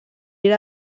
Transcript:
era